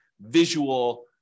visual